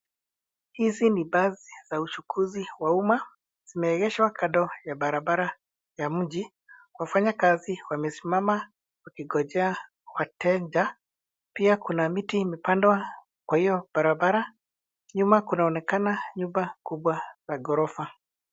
Hizi ni basi za uchukuzi wa umma. Zimeegeshwa kando ya barabara ya mji. Wafanyakazi wamesimama wakingojea wateja. Pia kuna miti imepandwa kwa hiyo barabara. Nyuma kunaonekana nyumba kubwa za ghorofa.